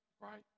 right